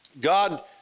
God